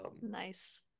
Nice